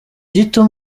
gito